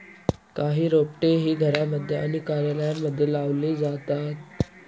काही रोपटे ही घरांमध्ये आणि कार्यालयांमध्ये लावली जातात